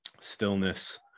stillness